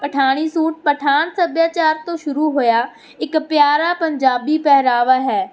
Pathani suit Pathan ਸੱਭਿਆਚਾਰ ਤੋਂ ਸ਼ੁਰੂ ਹੋਇਆ ਇੱਕ ਪਿਆਰਾ ਪੰਜਾਬੀ ਪਹਿਰਾਵਾ ਹੈ